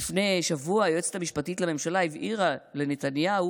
לפני שבוע היועצת המשפטית לממשלה הבהירה לנתניהו